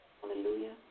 Hallelujah